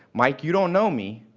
mike, you don't know me.